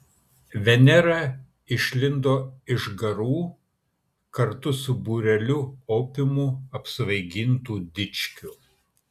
venera išlindo iš garų kartu su būreliu opiumu apsvaigintų dičkių